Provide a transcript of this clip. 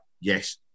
yes